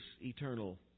eternal